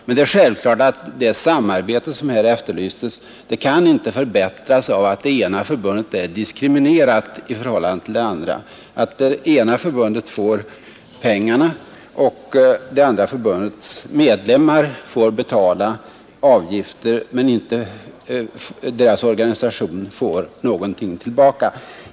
Men självfallet kan det samarbete som här efterlysts inte främjas av att det ena förbundet är diskriminerat i förhållande till det andra genom att det ena förbundet får båda förbundens avgifter och det andra förbundets medlemmar får betala avgifter utan att deras organisation får något tillbaka.